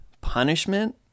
punishment